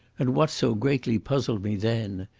and what so greatly puzzled me then.